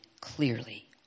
clearly